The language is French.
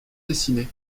dessinées